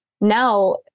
Now